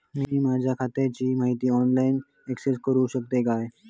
मी माझ्या खात्याची माहिती ऑनलाईन अक्सेस करूक शकतय काय?